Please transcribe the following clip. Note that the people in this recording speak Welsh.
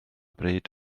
bryd